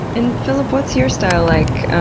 and filip, what's your style like?